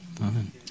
Amen